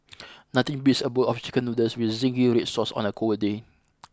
nothing beats a bowl of chicken noodles with zingy red sauce on a cold day